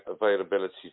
availability